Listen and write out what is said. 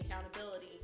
accountability